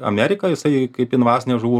ameriką jisai kaip invazinė žuvų